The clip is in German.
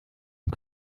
und